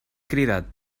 cridat